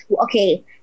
okay